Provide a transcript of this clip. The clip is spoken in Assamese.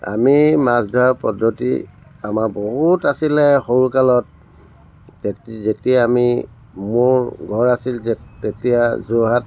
আমি মাছ ধৰা পদ্ধতি আমাৰ বহুত আছিলে সৰু কালত যে যেতিয়া আমি মোৰ ঘৰ আছিল তে তেতিয়া যোৰহাট